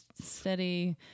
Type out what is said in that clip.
Steady